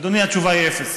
אדוני, התשובה היא אפס.